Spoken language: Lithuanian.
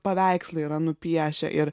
paveikslą yra nupiešę ir